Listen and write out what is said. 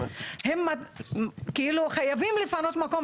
הם חייבים לפנות מקום,